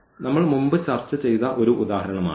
നമ്മൾ മുമ്പ് ചർച്ച ചെയ്ത ഒരു ഉദാഹരണമാണിത്